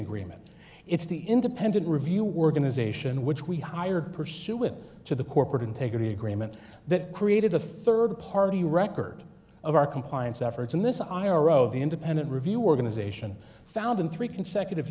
agreement it's the independent review organization which we hired pursuant to the corporate integrity agreement that created a rd party record of our compliance efforts and this i r o v independent review organization found in three consecutive